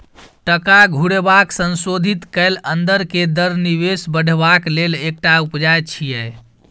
टका घुरेबाक संशोधित कैल अंदर के दर निवेश बढ़ेबाक लेल एकटा उपाय छिएय